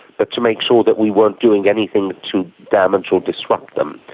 but to make sure that we weren't doing anything to damage or disrupt them.